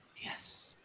Yes